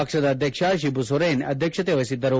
ಪಕ್ಷದ ಅಧ್ಯಕ್ಷ ಶಿಬು ಸೊರೇನ್ ಅಧ್ಯಕ್ಷತೆ ವಹಿಸಿದ್ದರು